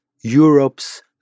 Europe's